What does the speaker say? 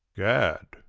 gad,